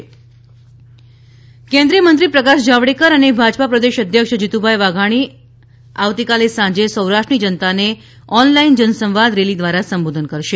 વરર્યુઅલ જનસંવાદ રેલી કેન્દ્રીયમંત્રી પ્રકાશ જાવડેકર અને ભાજપા પ્રદેશ અધ્યક્ષ જીતુભાઇ વાઘાણી આવતીકાલે સાંજે સૌરાષ્ટ્રની જનતાને ઓનલાઇન જનસંવાદ રેલી દ્વારા સંબોધન કરશે